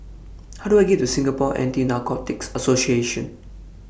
How Do I get to Singapore Anti Narcotics Association